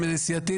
מי בעד הרוויזיה?